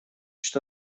что